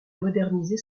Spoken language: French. moderniser